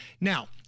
Now